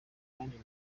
kandi